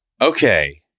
okay